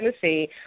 Tennessee